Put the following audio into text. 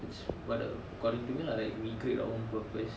it's what according to me lah like we create our own purpose